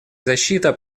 защита